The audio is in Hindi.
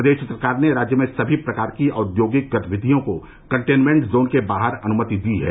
प्रदेश सरकार ने राज्य में सभी प्रकार की औद्योगिक गतिविधियों को कटेनमेन्ट जोन के बाहर अनुमति दी है